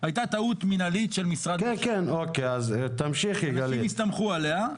הייתה טעות מנהלית של משרד הפנים ואנשים הסתמכו עליה,